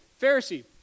Pharisee